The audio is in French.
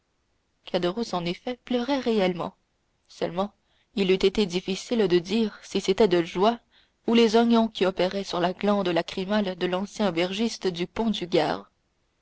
en effet pleurait réellement seulement il eût été difficile de dire si c'était la joie ou les oignons qui opéraient sur la glande lacrymale de l'ancien aubergiste du pont du gard